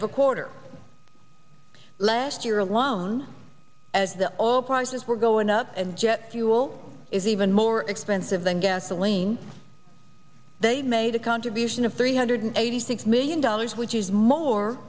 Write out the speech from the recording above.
of a quarter last year alone as the all prices were going up and jet fuel is even more expensive than gasoline they made a contribution of three hundred eighty six million dollars which is more